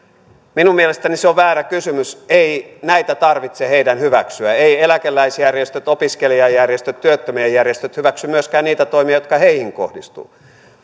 minun mielestäni se on väärä kysymys ei näitä tarvitse heidän hyväksyä eivät myöskään eläkeläisjärjestöt opiskelijajärjestöt työttömien järjestöt hyväksy niitä toimia jotka heihin kohdistuvat